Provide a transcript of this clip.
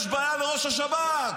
יש בעיה לראש השב"כ,